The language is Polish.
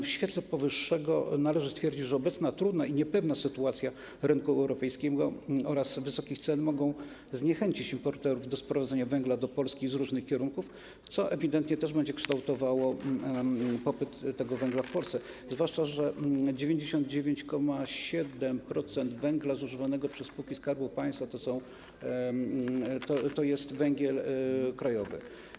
W świetle powyższego należy stwierdzić, że obecna trudna i niepewna sytuacja rynku europejskiego oraz wysokie ceny mogą zniechęcić importerów do sprowadzania węgla do Polski z różnych kierunków, co ewidentnie też będzie kształtowało popyt na ten węgiel w Polsce, zwłaszcza że 99,7% węgla zużywanego przez spółki Skarbu Państwa to jest węgiel krajowy.